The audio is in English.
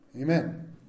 amen